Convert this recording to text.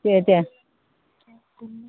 दे दे